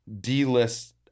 D-list